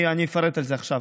אני אפרט את זה עכשיו.